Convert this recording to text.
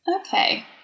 Okay